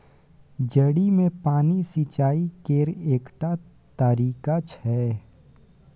जड़ि मे पानि सिचाई केर एकटा तरीका छै